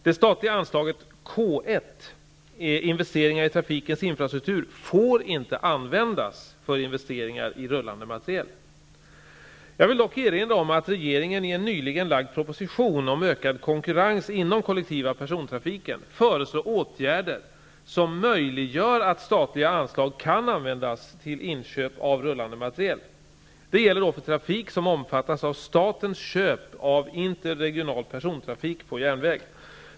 Det statliga anslaget K 1, Jag vill dock erinra om att regeringen i en nyligen framlagd proposition om ökad konkurrens inom den kollektiva persontrafiken föreslår åtgärder som möjliggör att statliga anslag kan användas till inköp av rullande materiel. Det gäller då för trafik som omfattas av statens köp av interregional persontrafik på järnväg.